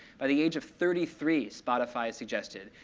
by the age of thirty three, spotify suggested,